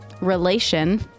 relation